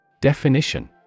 Definition